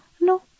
No